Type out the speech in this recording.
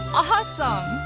awesome